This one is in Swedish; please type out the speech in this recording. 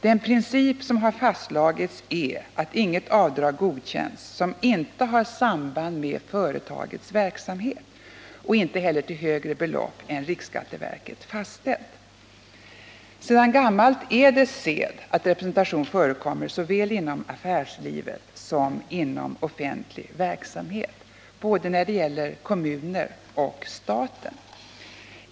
Den princip som har fastslagits är att inget avdrag godkänns som inte har samband med företagets verksamhet och inte heller till högre belopp än riksskatteverket fastställt. Sedan gammalt är det sed att representation förekommer såväl inom affärslivet som inom offentlig verksamhet både när det gäller kommuner och när det gäller staten.